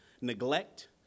neglect